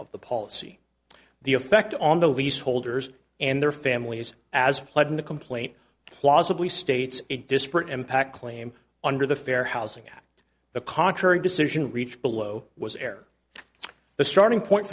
of the policy the effect on the leaseholders and their families as lead in the complaint plausibly states a disparate impact claim under the fair housing act the contrary decision reached below was air the starting point